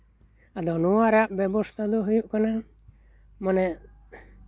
ᱟᱫᱚ ᱱᱚᱣᱟ ᱨᱮᱭᱟᱜ ᱵᱮᱵᱚᱥᱛᱷᱟ ᱫᱚ ᱦᱩᱭᱩᱜ ᱠᱟᱱᱟ ᱢᱟᱱᱮ